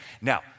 Now